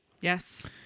Yes